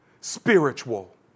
spiritual